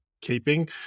keeping